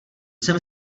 jsem